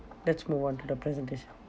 let's move on to the presentation